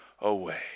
away